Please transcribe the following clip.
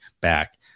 back